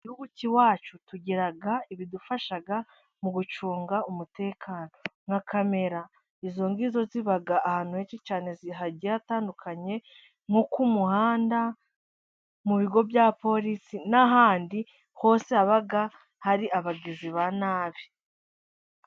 Igihugu cy'iwacu tugira ibidufasha mu gucunga umutekano nka kamera, izo ngizo ziba ahantu henshi cyane hagiye hatandukanye nko ku muhanda, mu bigo bya polisi, n'ahandi hose haba hari abagizi ba nabi.